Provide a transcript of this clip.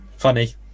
funny